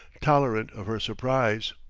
tolerant of her surprise.